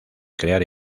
crear